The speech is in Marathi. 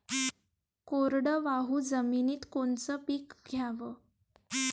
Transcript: कोरडवाहू जमिनीत कोनचं पीक घ्याव?